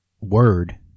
word